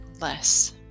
Less